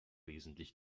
wesentlich